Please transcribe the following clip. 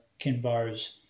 Kinbar's